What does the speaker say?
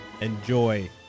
enjoy